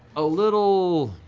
a little